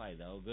फायदा होग